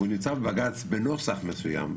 והוא נמצא בבג"ץ בנוסח מסוים,